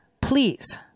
please